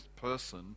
person